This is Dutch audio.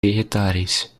vegetarisch